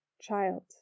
Child